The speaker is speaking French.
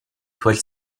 toiles